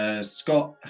Scott